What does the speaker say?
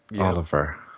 Oliver